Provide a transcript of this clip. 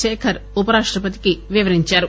శేఖర్ ఉపరాష్టపతికి వివరించారు